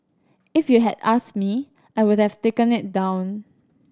if you had asked me I would have taken it down